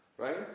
Right